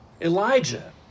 Elijah